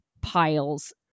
piles